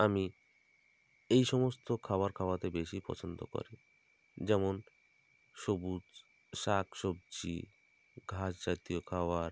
আমি এই সমস্ত খাবার খাওয়াতে বেশি পছন্দ করি যেমন সবুজ শাক সবজি ঘাস জাতীয় খাবার